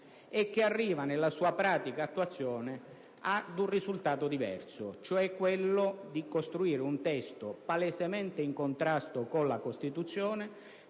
e che arriva, nella sua pratica attuazione, a un risultato diverso: quello di costruire un testo palesemente in contrasto con la Costituzione,